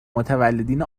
متولدین